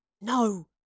No